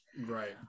Right